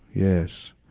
yes.